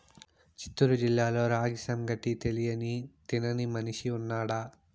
చిత్తూరు జిల్లాలో రాగి సంగటి తెలియని తినని మనిషి ఉన్నాడా